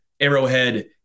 Arrowhead